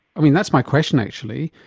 i mean, that's my question actually,